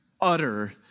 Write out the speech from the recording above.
utter